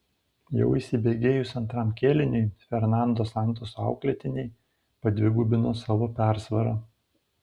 jau įsibėgėjus antram kėliniui fernando santoso auklėtiniai padvigubino savo persvarą